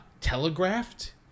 telegraphed